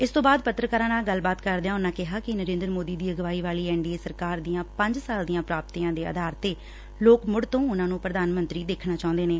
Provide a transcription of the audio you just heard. ਇਸ ਤੋਂ ਬਾਅਦ ਪੱਤਰਕਾਰਾਂ ਨਾਲ ਗੱਲਬਾਤ ਕਰਦਿਆਂ ਉਨ੍ਹਾਂ ਕਿਹਾ ਕਿ ਨਰੇਂਦਰ ਮੋਦੀ ਦੀ ਅਗਵਾਈ ਵਾਲੀ ਐਨ ਡੀ ਏ ਸਰਕਾਰ ਦੀਆ ਪੰਜ ਸਾਲ ਦੀਆ ਪ੍ਰਾਪਤੀਆ ਦ ਆਧਾਰ ਤੇ ਲੋਕ ਮੁੜ ਤੋਂ ਉਨ੍ਨਾ ਨੂੰ ਪ੍ਰਧਾਨ ਮੰਤਰੀ ਦੇਖਣਾ ਚਾਹੁੰਦੇ ਨੇ